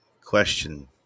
Question